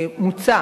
מוצע,